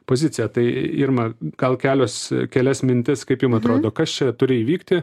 poziciją tai irma gal kelios kelias mintis kaip jum atrodo kas čia turi įvykti